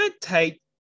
take